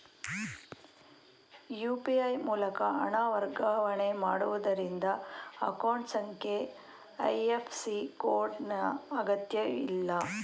UPI ಮೂಲಕ ಹಣ ವರ್ಗಾವಣೆ ಮಾಡುವುದರಿಂದ ಅಕೌಂಟ್ ಸಂಖ್ಯೆ ಐ.ಎಫ್.ಸಿ ಕೋಡ್ ನ ಅಗತ್ಯಇಲ್ಲ